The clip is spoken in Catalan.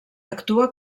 actua